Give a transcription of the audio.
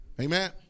Amen